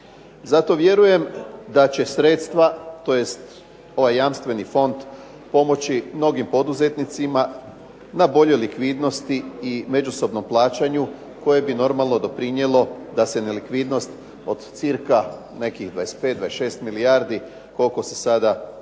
Zato vjerujem da će sredstva tj. ovaj jamstveni fond pomoći mnogim poduzetnicima da bolje likvidnosti i međusobnom plaćanju koje bi normalno doprinijelo da se nelikvidnost od cca 25, 26 milijardi koliko se sada spominje